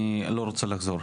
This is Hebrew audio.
אני לא רוצה לחזור.